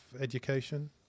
education